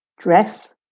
Dress